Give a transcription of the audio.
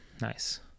Nice